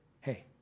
hey